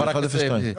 כספית.